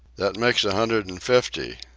that makes a hundred and fifty,